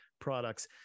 products